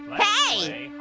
hey!